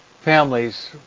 families